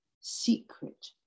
secret